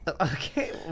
Okay